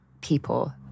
people